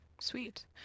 Sweet